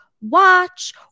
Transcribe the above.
watch